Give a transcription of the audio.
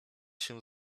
się